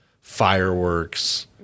fireworks